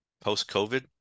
post-COVID